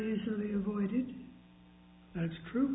easily avoided that's true